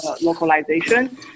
localization